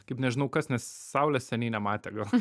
kaip nežinau kas nes saulės seniai nematę gal